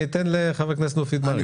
חבר הכנסת מופיד מרעי, ביקשת להתייחס.